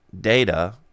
data